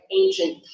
ancient